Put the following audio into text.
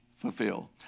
Fulfill